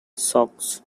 socks